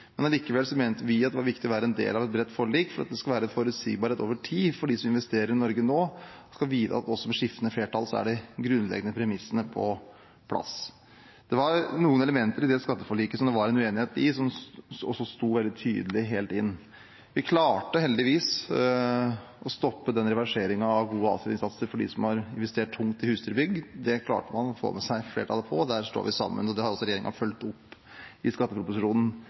men allikevel mente vi at det var viktig å være en del av et bredt forlik, for at det skal være forutsigbarhet over tid for dem som investerer i Norge nå, at de skal vite at også med skiftende flertall er de grunnleggende premissene på plass. Det var noen elementer i det skatteforliket som det var uenighet om, som også sto veldig tydelig helt inn. Vi klarte heldigvis å stoppe reverseringen av gode avskrivningssatser for dem som har investert tungt i husdyrbygg. Det klarte man å få med seg flertallet på, der står vi sammen, og det har også regjeringen fulgt opp i skatteproposisjonen.